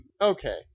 okay